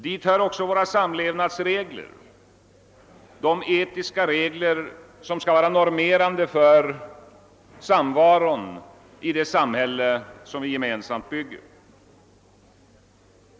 Hit hör även våra samlevnadsregler, de etiska regler som skall vara normerande för samvaron i det samhälle som vi gemensamt bygger.